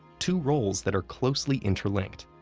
two roles that are closely interlinked.